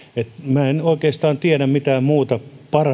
minä en oikeastaan tiedä mitään muuta